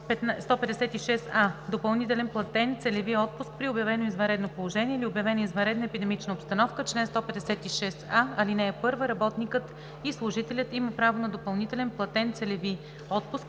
чл. 156а: „Допълнителен платен целеви отпуск при обявено извънредно положение или обявена извънредна епидемична обстановка Чл. 156а. (1) Работникът и служителят има право на допълнителен платен целеви отпуск